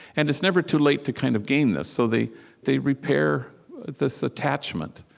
and it's never too late to kind of gain this, so they they repair this attachment,